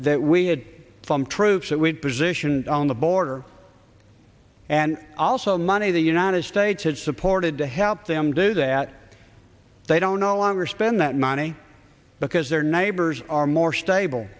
that we had from troops that we had positioned on the border and also money the united had supported to help them do that they don't no longer spend that money because their neighbors are more stable